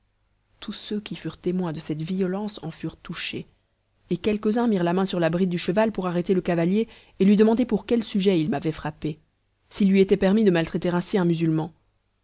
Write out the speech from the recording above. tous ceux qui furent témoins de cette violence en furent touchés et quelques-uns mirent la main sur la bride du cheval pour arrêter le cavalier et lui demander pour quel sujet il m'avait frappé s'il lui était permis de maltraiter ainsi un musulman